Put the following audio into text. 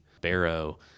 Barrow